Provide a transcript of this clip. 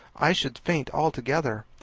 i should faint altogether.